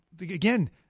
again